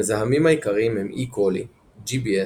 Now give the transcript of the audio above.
המזהמים העיקריים הם E קולי, GBS,